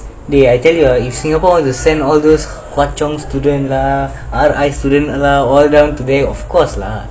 dey I tell ah if singapore will send all those hwa chong students lah R I student lah of course lah